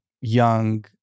young